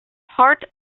part